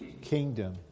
kingdom